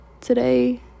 Today